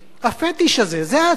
הפֶטיש הזה, זה עצמו